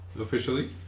officially